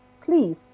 please